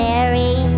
Mary